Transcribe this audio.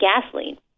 gasoline